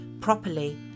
properly